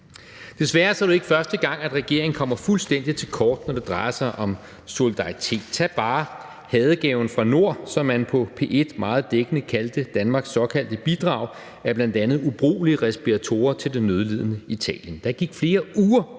Desværre er det jo ikke første gang, at regeringen kommer fuldstændig til kort, når det drejer sig om solidaritet. Tag bare »Hadegaven fra nord«, som man på P1 meget dækkende kaldte Danmarks såkaldte bidrag af bl.a. ubrugelige respiratorer til det nødlidende Italien.